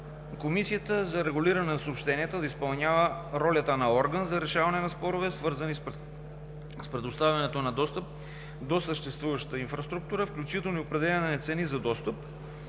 Комисията за регулиране на съобщенията да изпълнява ролята на орган за решаване на спорове, свързани с предоставянето на достъп до съществуващата инфраструктура, включително и определяне на цени за достъп,